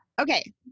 Okay